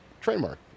trademark